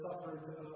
suffered